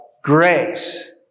Grace